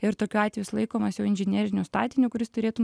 ir tokiu atveju jis laikomas jau inžineriniu statiniu kuris turėtų